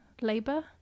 labor